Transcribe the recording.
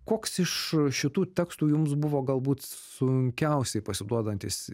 koks iš šitų tekstų jums buvo galbūt sunkiausiai pasiduodantis